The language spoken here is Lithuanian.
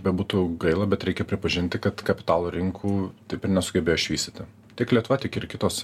bebūtų gaila bet reikia pripažinti kad kapitalo rinkų taip ir nesugebėjo išvystyti tiek lietuva tiek ir kitos